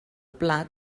plat